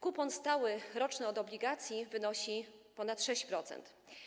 Kupon stały roczny od obligacji wynosi ponad 6%.